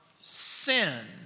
sin